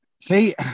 See